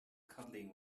cuddling